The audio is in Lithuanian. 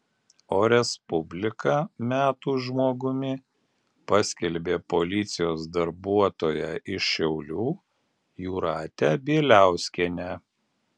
o respublika metų žmogumi paskelbė policijos darbuotoją iš šiaulių jūratę bieliauskienę